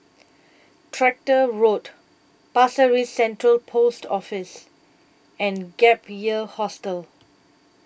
Tractor Road Pasir Ris Central Post Office and Gap Year Hostel